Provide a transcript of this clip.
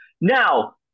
Now